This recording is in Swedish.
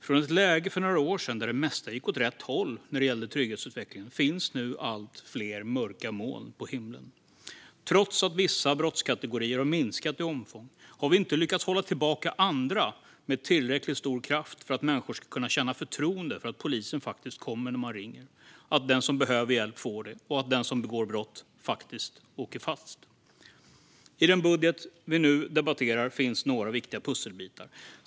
Från ett läge för några år sedan när det mesta gick åt rätt håll när det gäller trygghetsutvecklingen finns nu allt fler svarta moln på himlen. Trots att vissa brottskategorier har minskat i omfång har vi inte lyckats hålla tillbaka andra med tillräckligt stor kraft för att människor ska känna förtroende för att polisen faktiskt kommer när man ringer, att den som behöver hjälp får det och att den som begår brott faktiskt åker fast. I den budget som vi nu debatterar finns några viktiga pusselbitar.